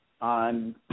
on